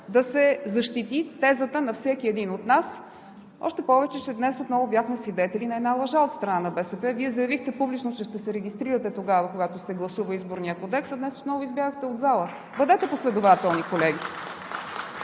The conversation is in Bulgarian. да се защити тезата на всеки един от нас, още повече че днес отново бяхме свидетели на една лъжа от страна на БСП. Вие заявихте публично, че ще се регистрирате тогава, когато се гласува Изборният кодекс, а днес отново избягахте от залата. Бъдете последователни, колеги!